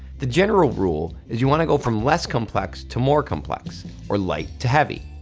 the general rule is you wanna go from less complex to more complex or light to heavy.